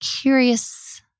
curious